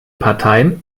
parteien